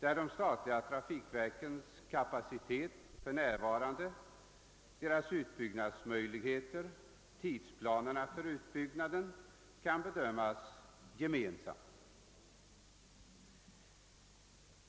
De statliga trafikverkens kapacitet för närvarande, deras utbyggnadsmöjligheter, tidplanerna för utbyggnaden o. s. v. skulle kunna bättre än nu bedömas i ett sammanhang.